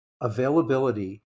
availability